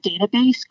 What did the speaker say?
database